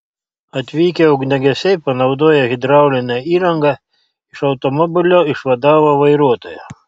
atvykę ugniagesiai panaudoję hidraulinę įrangą iš automobilio išvadavo vairuotoją